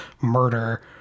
murder